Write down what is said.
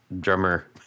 drummer